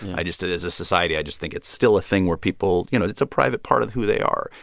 i just as a society, i just think it's still a thing where people, you know, it's a private part of who they are.